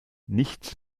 nichts